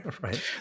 right